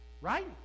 Right